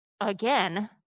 again